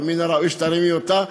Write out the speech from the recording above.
ומן הראוי שתרימי אותה,